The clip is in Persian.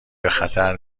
بخطر